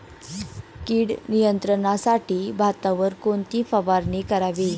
कीड नियंत्रणासाठी भातावर कोणती फवारणी करावी?